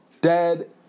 dead